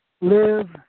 live